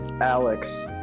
Alex